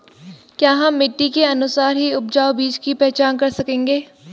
क्या हम मिट्टी के अनुसार सही उपजाऊ बीज की पहचान कर सकेंगे?